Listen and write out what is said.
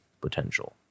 potential